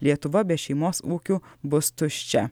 lietuva be šeimos ūkių bus tuščia